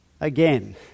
again